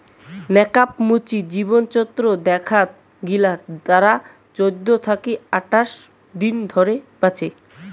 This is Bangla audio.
নেকাব মুচি জীবনচক্র দেখাত গিলা তারা চৌদ্দ থাকি আঠাশ দিন ধরে বাঁচে